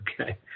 Okay